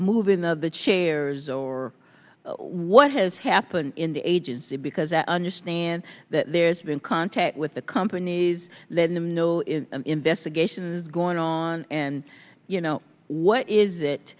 move in the shares or what has happened in the agency because i understand that there's been contact with the companies letting them know investigations going on and you know what is it